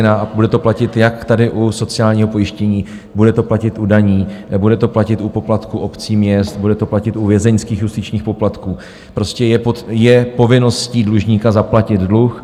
A bude to platit jak tady u sociálního pojištění, bude to platit u daní, bude to platit u poplatku obcí, měst, bude to platit u vězeňských justičních poplatků, prostě je povinností dlužníka zaplatit dluh.